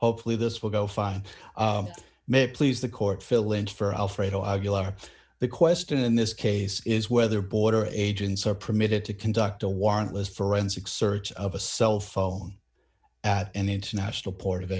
hopefully this will go fine may please the court fill in for alfredo uggla the question in this case is whether border agents are permitted to conduct a warrantless forensic search of a cell phone at any international port of